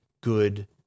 good